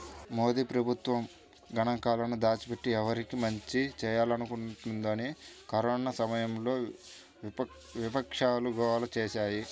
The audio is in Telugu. మోదీ ప్రభుత్వం గణాంకాలను దాచిపెట్టి, ఎవరికి మంచి చేయాలనుకుంటోందని కరోనా సమయంలో విపక్షాలు గోల చేశాయి